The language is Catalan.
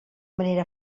manera